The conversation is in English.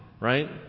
right